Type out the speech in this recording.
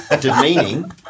demeaning